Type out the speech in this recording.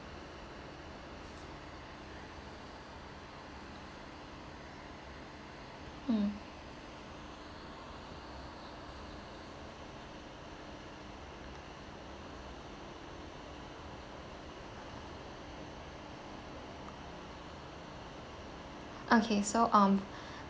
um okay so um